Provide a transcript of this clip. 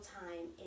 time